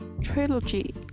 trilogy